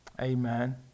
Amen